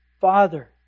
Father